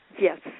Yes